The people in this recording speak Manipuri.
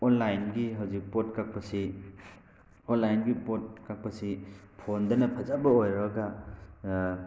ꯑꯣꯟꯂꯥꯏꯟꯒꯤ ꯍꯧꯖꯤꯛ ꯄꯣꯠ ꯀꯛꯄꯁꯤ ꯑꯣꯟꯂꯥꯏꯟꯒꯤ ꯄꯣꯠ ꯀꯛꯄꯁꯤ ꯐꯣꯟꯗꯅ ꯐꯖꯕ ꯑꯣꯏꯔꯒ